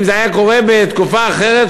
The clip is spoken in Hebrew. אם זה היה קורה בתקופה אחרת,